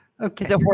Okay